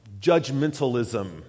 judgmentalism